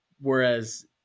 whereas